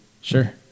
Sure